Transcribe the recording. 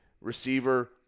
receiver